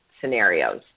scenarios